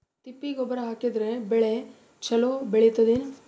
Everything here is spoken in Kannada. ತಿಪ್ಪಿ ಗೊಬ್ಬರ ಹಾಕಿದರ ಬೆಳ ಚಲೋ ಬೆಳಿತದೇನು?